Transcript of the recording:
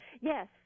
Yes